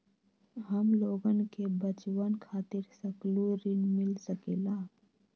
हमलोगन के बचवन खातीर सकलू ऋण मिल सकेला?